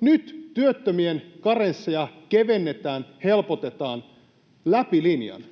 Nyt työttömien karensseja kevennetään, helpotetaan läpi linjan.